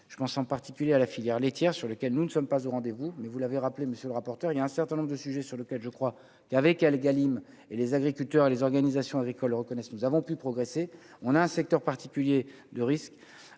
je pense en particulier à la filière laitière sur lequel nous ne sommes pas au rendez-vous mais vous l'avez rappelé monsieur le rapporteur, il y a un certain nombre de sujets sur lesquels je crois qu'avec elle Egalim et les agriculteurs et les organisations agricoles reconnaissent, nous avons pu progresser, on a un secteur particulier de risque